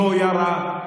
לא ירה,